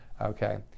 Okay